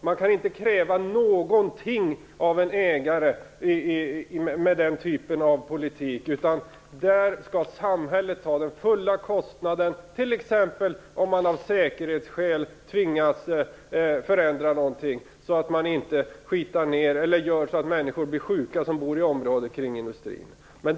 Man kan inte kräva någonting av en ägare med den här typen av politik, utan där skall samhället ta på sig den fulla kostnaden, t.ex. om en ägare av säkerhetsskäl tvingas förändra någonting för att inte smutsa ned eller för att undvika att människor som bor i närheten blir sjuka.